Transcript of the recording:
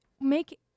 make